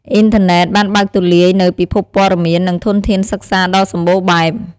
អ៊ីនធឺណិត បានបើកទូលាយនូវពិភពព័ត៌មាន និងធនធានសិក្សាដ៏សម្បូរបែប។